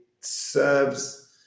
serves